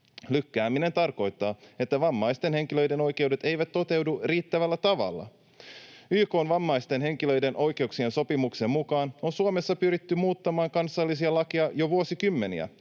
Lykkääminen tarkoittaa, että vammaisten henkilöiden oikeudet eivät toteudu riittävällä tavalla. YK:n vammaisten henkilöiden oikeuksien sopimuksen mukaan on Suomessa pyritty muuttamaan kansallisia lakeja jo vuosikymmeniä,